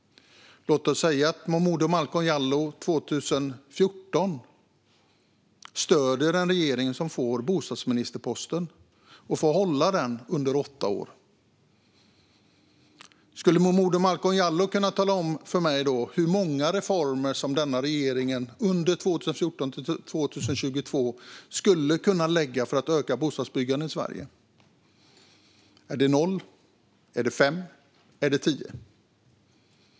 Låt oss säga att Malcolm Momodou Jallow år 2014 stödde ett regeringsparti som fick bostadsministerposten och fick behålla den under åtta år. Skulle Malcolm Momodou Jallow då kunna tala om för mig hur många reformer som den regeringen under perioden 2014-2022 skulle kunna lägga fram för att öka bostadsbyggandet i Sverige? Är det noll, fem eller tio?